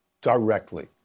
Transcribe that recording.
directly